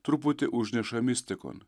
truputį užneša mistikon